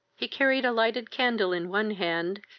he carried a lighted candle in one hand,